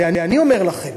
ואני אומר לכם